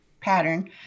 pattern